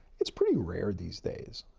it's pretty rare these days.